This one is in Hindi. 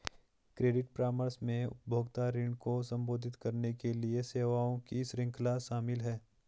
क्रेडिट परामर्श में उपभोक्ता ऋण को संबोधित करने के लिए सेवाओं की श्रृंखला शामिल है